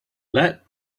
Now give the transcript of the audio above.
let